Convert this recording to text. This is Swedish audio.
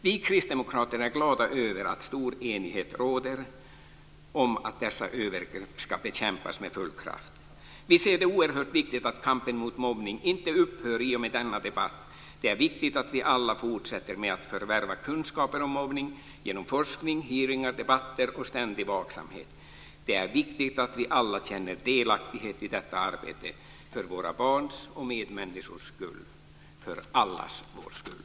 Vi kristdemokrater är glada över att stor enighet råder om att dessa övergrepp ska bekämpas med full kraft. Vi ser det som oerhört viktigt att kampen mot mobbning inte upphör i och med denna debatt. Det är viktigt att vi alla fortsätter med att förvärva kunskaper om mobbning - genom forskning, hearingar, debatter och ständig vaksamhet. Det är viktigt att vi alla känner delaktighet i detta arbete, för våra barns och medmänniskors skull - för allas vår skull.